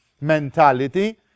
mentality